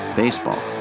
baseball